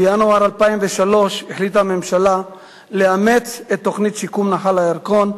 בינואר 2003 החליטה הממשלה לאמץ את תוכנית שיקום נחל הירקון,